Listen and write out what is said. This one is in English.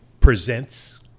presents